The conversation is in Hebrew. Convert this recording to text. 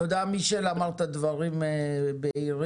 תודה מישל, אמרת דברים בהירים,